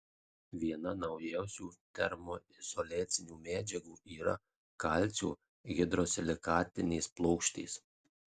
viena naujausių termoizoliacinių medžiagų yra kalcio hidrosilikatinės plokštės